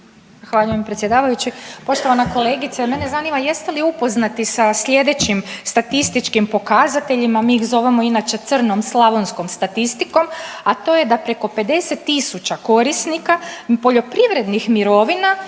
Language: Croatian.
Hvala vam predsjedavajući. Poštovana kolegice mene zanima jeste li upoznati sa slijedećim statističkim pokazateljima mi ih zovemo inače crnom slavonskom statistikom, a to je da preko 50.000 korisnika poljoprivrednih mirovina